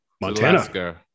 Montana